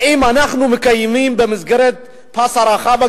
האם אנחנו מקיימים במסגרת הפס הרחב של